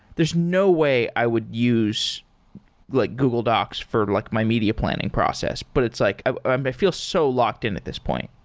there's no way i would use like google docs for like my media planning process. but it's like ah i feel so locked in at this point.